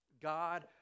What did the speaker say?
god